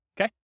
Okay